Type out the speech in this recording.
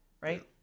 right